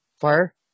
Fire